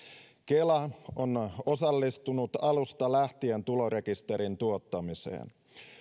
kela on osallistunut alusta lähtien tulorekisterin tuottamiseen